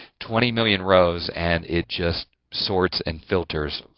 twenty million rows, and it just sorts and filters,